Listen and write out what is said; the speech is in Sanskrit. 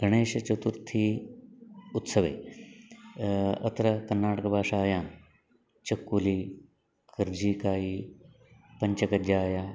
गणेशचतुर्थी उत्सवे अत्र कर्नाटकभाषायां चक्कुली कर्जिकायि पञ्चकज्जाय